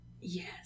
Yes